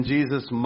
Jesus